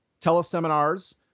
teleseminars